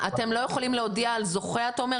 לא יכולים להודיע על זוכה אתה אומר,